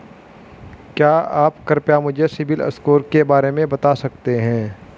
क्या आप कृपया मुझे सिबिल स्कोर के बारे में बता सकते हैं?